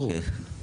ברור, ברור.